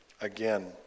again